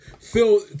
Phil